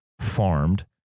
farmed